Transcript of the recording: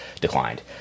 declined